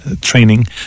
training